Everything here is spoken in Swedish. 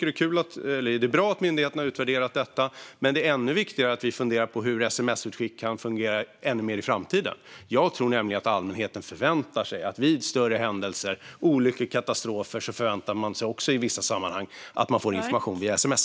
Det är bra att myndigheterna har utvärderat detta, men det är ännu viktigare att vi funderar på hur sms-utskick kan fungera i framtiden. Jag tror nämligen att allmänheten i vissa sammanhang förväntar sig att vid större händelser, olyckor och katastrofer få information via sms.